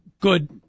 good